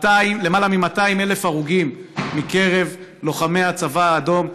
למעלה מ-200,000 הרוגים מקרב לוחמי הצבא האדום,